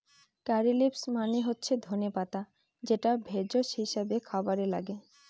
কারী leaves মানে হচ্ছে ধনে পাতা যেটা ভেষজ হিসাবে খাবারে লাগে